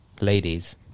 Ladies